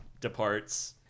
departs